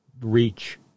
reach